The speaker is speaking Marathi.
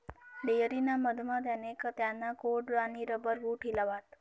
डेयरी ना मधमा त्याने त्याना कोट आणि रबर बूट हिलावात